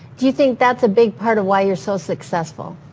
do you think that's a big part of why you're so successful?